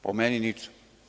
Po meni, ničemu.